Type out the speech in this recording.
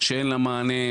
שאין לה מענה,